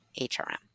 HRM